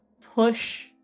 push